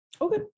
Okay